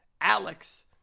Alex